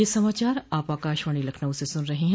ब्रे क यह समाचार आप आकाशवाणी लखनऊ से सुन रहे हैं